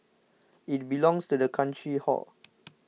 it belongs to the country hor